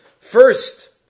First